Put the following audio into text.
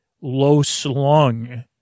low-slung